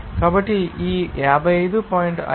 కాబట్టి ఈ 55